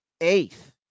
eighth